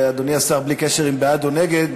אדוני השר, בלי קשר אם בעד או נגד,